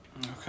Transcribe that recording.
Okay